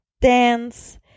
dance